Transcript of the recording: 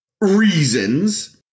reasons